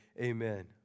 amen